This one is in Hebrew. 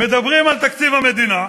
מדברים על תקציב המדינה,